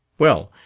well,